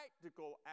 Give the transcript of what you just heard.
practical